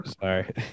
sorry